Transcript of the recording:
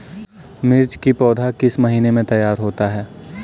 मिर्च की पौधा किस महीने में तैयार होता है?